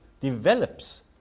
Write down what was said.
develops